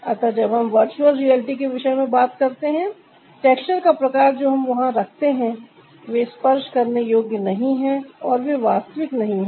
अतः जब हम वर्चुअल रियलिटी के विषय में बात करते है टेक्सचर का प्रकार जो हम वहां रखते है वे स्पर्श करने योग्य नहीं है और वे वास्तविक नहीं है